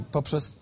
Poprzez